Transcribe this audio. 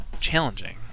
challenging